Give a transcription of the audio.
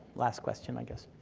last question i guess.